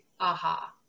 aha